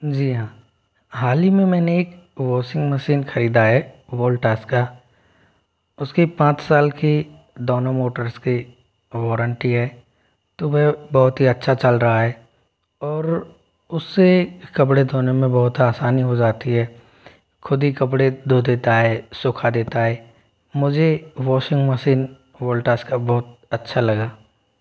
जी हाँ हाल ही मे मैंने एक वॉशिंग मशीन खरीदा है वोल्टास का उसकी पाँच साल की दोनों मोटर्स की वॉरंटी है तो वह बहुत ही अच्छा चल रहा है और उससे कपड़े धोने मे बहुत आसानी हो जाती है खुद ही कपड़े धो देता है सुखा देता है मुझे वाॅशिंग मशीन वोल्टास का बहुत अच्छा लगा